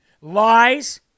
lies